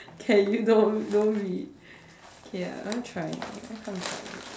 can you don't don't be okay lah I'm trying I can't find it